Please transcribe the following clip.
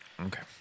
Okay